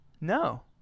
no